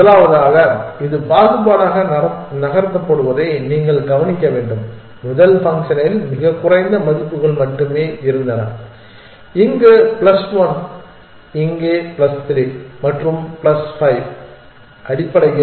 முதலாவதாக இது பாகுபாடாக நகர்த்தப்படுவதை நீங்கள் கவனிக்க வேண்டும் முதல் ஃபங்க்ஷனில் மிகக் குறைந்த மதிப்புகள் மட்டுமே இருந்தன இங்கு பிளஸ் 1 இங்கே பிளஸ் 3 மற்றும் பிளஸ் 5 அடிப்படையில்